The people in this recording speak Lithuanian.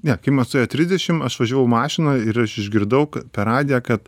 ne kai man suėjo trisdešim aš važiavau mašina ir aš išgirdau per radiją kad